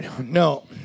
No